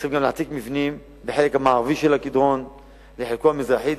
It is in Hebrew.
צריכים גם להעתיק מבנים בחלק המערבי של הקדרון לחלקו המזרחי.